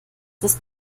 ist